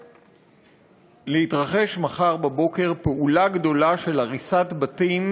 שעומדת להתרחש מחר בבוקר פעולה גדולה של הריסת בתים,